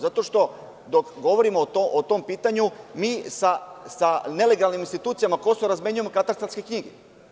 Zato što dok govorimo o tom pitanju sa nelegalnim institucijama Kosova razmenjujemo katastarske knjige.